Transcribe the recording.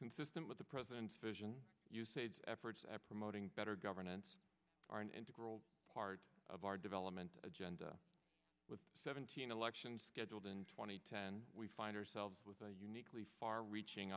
consistent with the president's vision usage efforts at promoting better governance are an integral part of our development agenda with seventeen elections scheduled in two thousand and ten we find ourselves with a uniquely far reaching